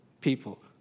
people